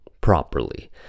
properly